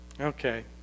Okay